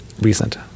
recent